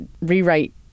rewrite